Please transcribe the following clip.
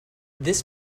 this